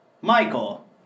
Michael